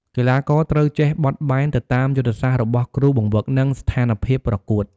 កីឡាករត្រូវចេះបត់បែនទៅតាមយុទ្ធសាស្ត្ររបស់គ្រូបង្វឹក និងស្ថានភាពប្រកួត។